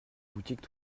boutique